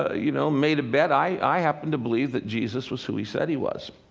ah you know, made a bet, i happened to believe that jesus was who he said he was.